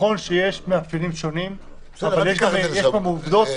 נכון שיש מאפיינים שונים אבל יש כאן עובדות.